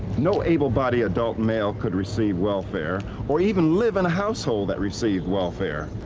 no able-bodied adult male could receive welfare or even live in a household that received welfare.